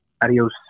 Adios